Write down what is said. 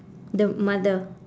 the mother